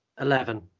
Eleven